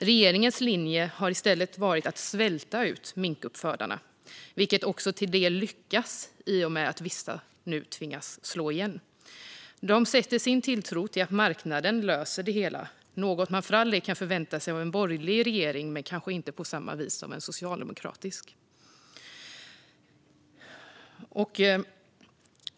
Regeringens linje har i stället varit att svälta ut minkuppfödarna, vilket också till del lyckas i och med att vissa nu tvingas slå igen. Regeringen sätter sin tilltro till att marknaden löser det hela, något man för all del kan förvänta sig av en borgerlig regering men kanske inte på samma vis av en socialdemokratisk.